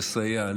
לסייע,